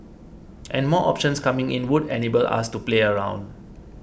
and more options coming in would enable us to play around